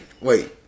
Wait